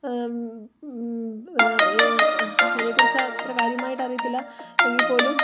അതിനെക്കുറിച്ച് അത്ര കാര്യമായിട്ട് അറിയത്തില്ല എങ്കിൽപ്പോലും